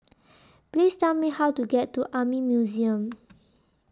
Please Tell Me How to get to Army Museum